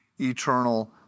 eternal